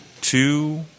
two